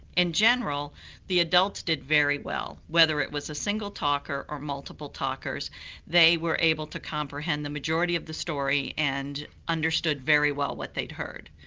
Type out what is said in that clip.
in general the adults did very well whether it was a single talker or multiple talkers they were able to comprehend the majority of the story and understood very well what they'd heard.